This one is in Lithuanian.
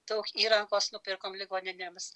daug įrangos nupirkom ligoninėms